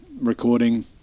recording